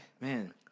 Man